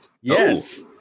Yes